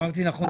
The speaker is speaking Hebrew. אמרתי נכון?